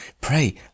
Pray